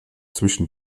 zwischen